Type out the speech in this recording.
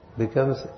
becomes